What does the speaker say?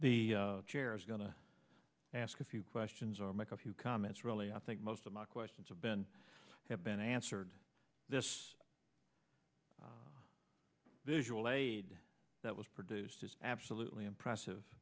the chair is going to ask a few questions or make a few comments really i think most of my questions have been have been answered this visual aid that was produced is absolutely impressive